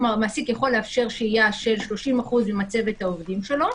כלומר המעסיק יכול לאפשר שהייה של 30% ממצבת העובדים שלו,